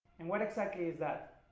and what exactly is that?